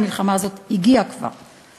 המלחמה הזאת הגיעה כבר.